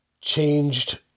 Changed